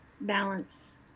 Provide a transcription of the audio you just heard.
balance